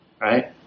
right